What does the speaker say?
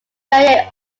via